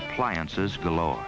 appliances below